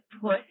put